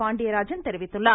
பாண்டியராஜன் தெரிவித்துள்ளார்